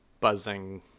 buzzing